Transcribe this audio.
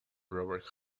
robert